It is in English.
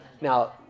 Now